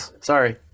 Sorry